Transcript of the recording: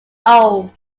old